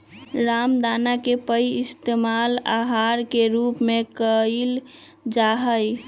रामदाना के पइस्तेमाल आहार के रूप में कइल जाहई